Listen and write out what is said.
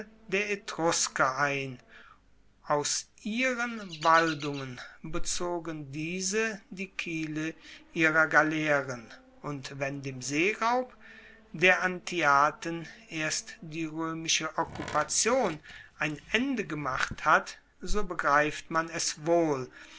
der etrusker ein aus ihren waldungen bezogen diese die kiele ihrer galeeren und wenn dem seeraub der antiaten erst die roemische okkupation ein ende gemacht hat so begreift man es wohl